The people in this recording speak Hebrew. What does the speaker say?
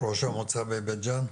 ראש המועצה בבית ג'ן.